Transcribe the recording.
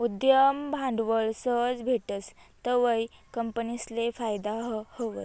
उद्यम भांडवल सहज भेटस तवंय कंपनीसले फायदा व्हस